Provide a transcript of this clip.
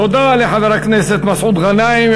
תודה לחבר הכנסת מסעוד גנאים.